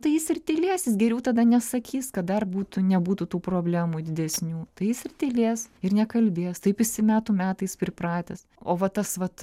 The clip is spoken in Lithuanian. tai jis ir tylės jis geriau tada nesakys kad dar būtų nebūtų tų problemų didesnių tai jis tylės ir nekalbės taip jisai metų metais pripratęs o va tas vat